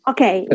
Okay